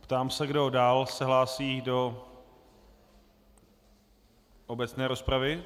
Ptám se, kdo dál se hlásí do obecné rozpravy.